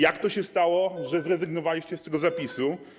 Jak to się stało, że zrezygnowaliście z tego zapisu?